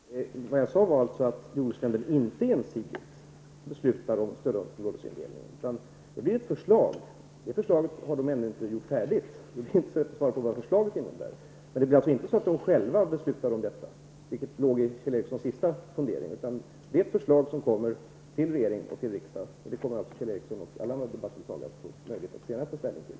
Herr talman! Jag sade alltså att jordbruksnämden inte ensidigt beslutar om stödområdesindelningen. Det kommer ett förslag som ännu inte är färdigt. Därför kan jag inte redogöra för vad förslaget innebär. Men jordbruksnämnden skall inte att besluta om detta, vilket Kjell Ericsson funderade över. Förslaget som kommer till regeringen och riksdagen, kommer Kjell Ericsson och de andra debattdeltagarna att få möjlighet att senare ta ställning till.